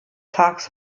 tags